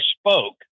spoke